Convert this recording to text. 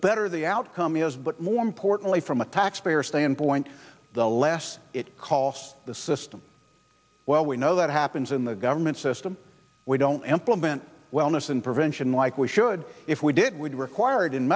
better the outcome is but more importantly from a taxpayer standpoint the less it costs the system well we know that happens in the government system we don't implement wellness and prevention like we should if we did would require i